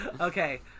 Okay